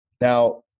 Now